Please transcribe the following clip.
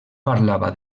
parlava